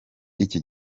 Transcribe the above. iki